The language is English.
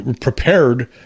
prepared